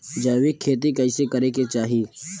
जैविक खेती कइसे करे के चाही?